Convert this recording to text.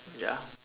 ya